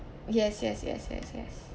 yes yes yes yes yes